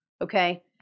Okay